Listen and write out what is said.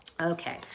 Okay